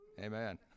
Amen